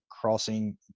crossing